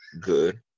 good